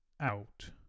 out